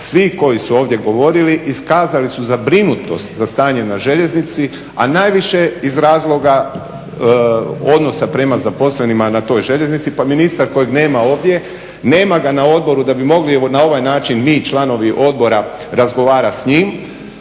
svi koji su ovdje govorili iskazali su zabrinutost za stanje na željeznici a najviše iz razloga odnosa prema zaposlenima na toj željeznici pa ministar kojeg nema ovdje, nema ga na odboru da bi mogli evo na ovaj način mi članova odbora razgovarat s njim,